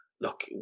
look